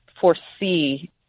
foresee